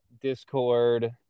discord